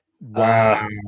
Wow